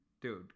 dude